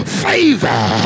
favor